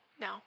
No